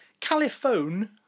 Caliphone